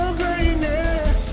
greatness